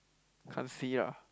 can't see lah